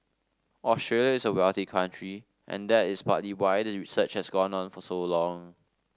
Australia is a wealthy country and that is partly why the research has gone on for so long